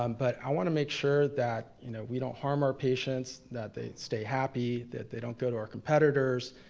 um but i wanna make sure that you know we don't harm our patients, that they stay happy, that they don't go to our competitors,